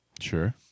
Sure